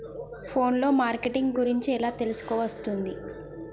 Phone లో marketing గురించి ఎలా తెలుసుకోవస్తది?